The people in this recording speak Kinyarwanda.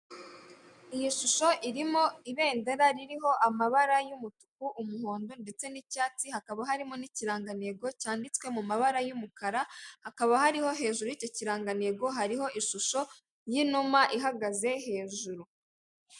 Iyi shusho irimo ibendera ririho amabara y'umutuku umuhondo ndetse n'icyatsi hakaba harimo n'ikirangantego cyanditswe mu mabara y'umukara hakaba hariho hejuru y'icyo kirangantego hariho ishusho y'inuma ihagaze hejuru.